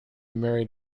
married